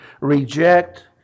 reject